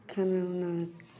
खाना उना